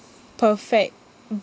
perfect